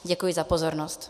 Děkuji za pozornost.